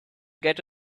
get